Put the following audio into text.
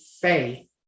faith